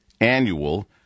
annual